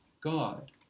God